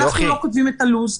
אנחנו לא כותבים את הלו"ז,